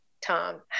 Tom